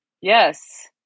Yes